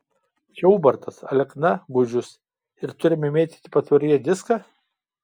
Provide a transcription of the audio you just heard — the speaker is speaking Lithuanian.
čia ubartas alekna gudžius ir turime mėtyti patvoryje diską